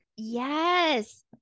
Yes